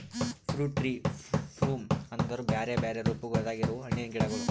fruit tree form ಅಂದುರ್ ಬ್ಯಾರೆ ಬ್ಯಾರೆ ರೂಪಗೊಳ್ದಾಗ್ ಇರವು ಹಣ್ಣಿನ ಗಿಡಗೊಳ್